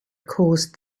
caused